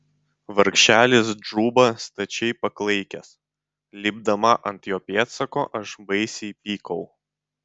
vargšelis džuba stačiai paklaikęs lipdama ant jo pėdsako aš baisiai pykau